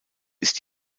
ist